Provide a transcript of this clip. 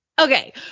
Okay